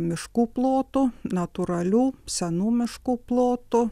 miškų plotu natūralių senų miškų plotu